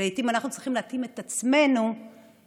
ולעיתים אנחנו צריכים להתאים את עצמנו כדי